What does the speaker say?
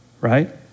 right